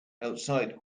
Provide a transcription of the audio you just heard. outside